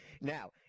now